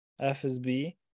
FSB